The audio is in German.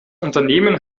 unternehmen